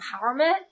empowerment